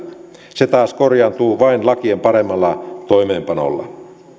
se taas korjaantuu vain lakien paremmalla toimeenpanolla